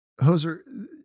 Hoser